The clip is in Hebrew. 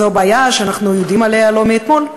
זו בעיה שאנחנו יודעים עליה לא מאתמול.